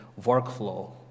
workflow